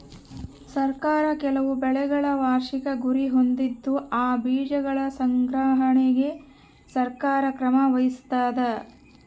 ಸರ್ಕಾರ ಕೆಲವು ಬೆಳೆಗಳ ವಾರ್ಷಿಕ ಗುರಿ ಹೊಂದಿದ್ದು ಆ ಬೀಜಗಳ ಸಂಗ್ರಹಣೆಗೆ ಸರ್ಕಾರ ಕ್ರಮ ವಹಿಸ್ತಾದ